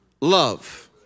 love